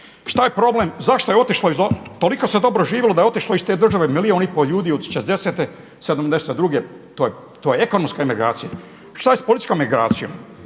Šta je problem, zašto je otišlo, toliko se dobro živjelo da je otišlo iz te države milijun i pol ljudi od šezdesete, sedamdeset i druge. To je ekonomska imigracija. Šta je sa političkom imigracijom?